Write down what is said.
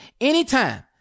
anytime